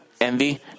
envy